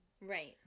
Right